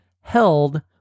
held